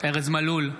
ארז מלול,